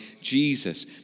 Jesus